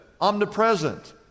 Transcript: omnipresent